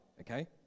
okay